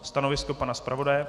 Stanovisko pana zpravodaje?